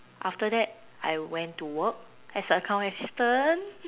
after that I went to work as a accounts assistant